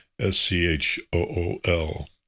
S-C-H-O-O-L